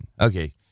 Okay